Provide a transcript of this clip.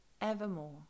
evermore